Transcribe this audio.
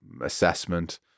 assessment